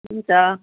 हुन्छ